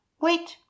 wait